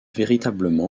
véritablement